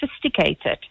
sophisticated